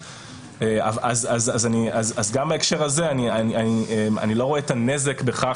אז גם בהקשר הזה אני לא רואה את הנזק בכך